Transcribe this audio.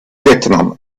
vietnam